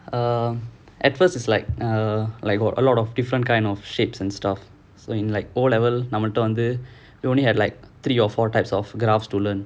err at first it's like err like got a lot of different kind of shapes and stuff so in like O level நம்மகிட்ட வந்து:nammakitta vanthu we only had like three or four types of graphs to learn